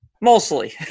Mostly